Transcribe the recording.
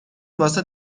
واسه